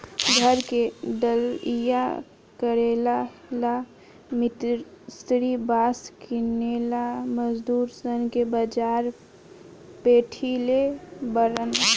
घर के ढलइया करेला ला मिस्त्री बास किनेला मजदूर सन के बाजार पेठइले बारन